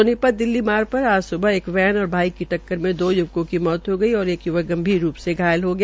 सोनीपत दिल्ली मार्गपर आज स्बह एक वैन और बाइक की टक्कर में दो य्वकों की मौत हो गई और एक य्वक गंभीर रूप से घायल हो गया